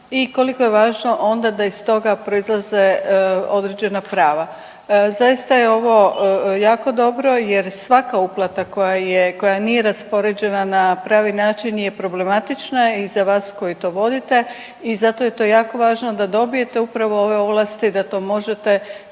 i koliko je važno onda da iz toga proizlaze određena prava. Zaista je ovo jako dobro jer svaka uplata koja je, koja nije raspoređena na pravi način je problematična i za vas koji to vodite i zato je to jako važno da dobijete upravo ove ovlasti da to možete kvalitetno